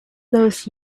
those